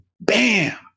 bam